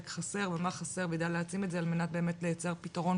חסר ומה חסר וידע להעצים את זה על מנת באמת לייצר פתרון